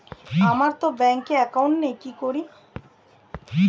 আমারতো ব্যাংকে একাউন্ট নেই কি করি?